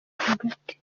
hagati